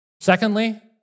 Secondly